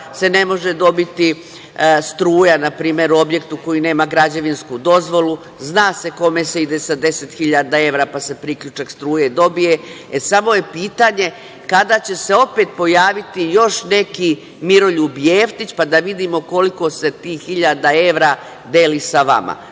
se ne može dobiti struja npr. u objektu koji nema građevinsku dozvolu, zna se kome se ide sa 10.000 evra, pa se priključak struje dobije, samo je pitanje kada će se opet pojaviti još neki Miroljub Jeftić, pa da vidimo koliko se tih hiljada evra deli sa vama.